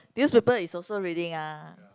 newspaper is also reading ah